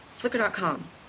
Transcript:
Flickr.com